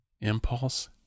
impulse